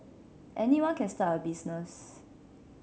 anyone can start a business